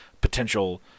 potential